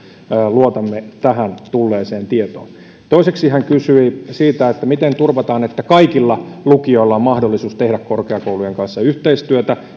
luotamme tähän tulleeseen tietoon toiseksi hän kysyi siitä miten turvataan että kaikilla lukioilla on mahdollisuus tehdä korkeakoulujen kanssa yhteistyötä